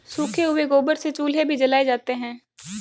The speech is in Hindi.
सूखे हुए गोबर से चूल्हे भी जलाए जाते हैं